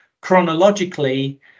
chronologically